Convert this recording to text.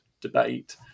debate